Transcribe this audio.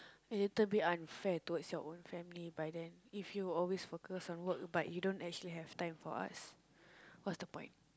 a little bit unfair towards your own family by then if you always focus on work but you don't actually have time for us what's the point